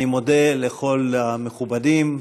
אני מודה לכל המכובדים,